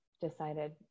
decided